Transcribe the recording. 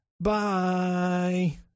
Bye